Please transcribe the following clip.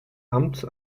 amt